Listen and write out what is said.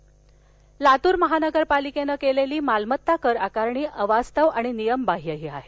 लातर लातूर महानगरपालिकेनं केलेली मालमत्ता कर आकारणी अवास्तव आणि नियमबाह्यही आहे